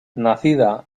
nacida